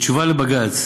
בתשובה לבג"ץ